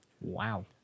Wow